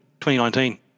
2019